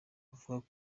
abavuga